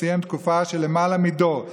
סיים תקופה של למעלה מדור,